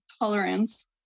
tolerance